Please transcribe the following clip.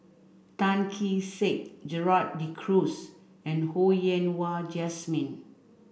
Tan Kee Sek Gerald De Cruz and Ho Yen Wah Jesmine